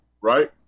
right